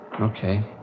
Okay